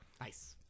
nice